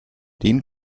den